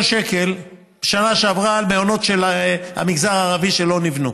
שקל על מעונות של המגזר הערבי שלא נבנו.